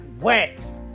waxed